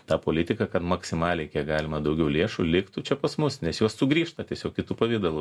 tą politiką kad maksimaliai kiek galima daugiau lėšų liktų čia pas mus nes jos sugrįžta tiesiog kitu pavidalu